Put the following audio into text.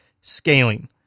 scaling